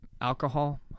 Alcohol